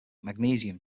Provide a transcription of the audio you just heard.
magnesium